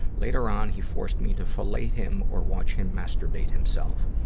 later on, he forces me to fellate him or watch him masturbate himself.